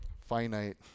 finite